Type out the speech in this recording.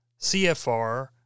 CFR